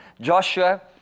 Joshua